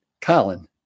Colin